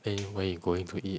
then where you going to eat